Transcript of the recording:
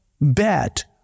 bet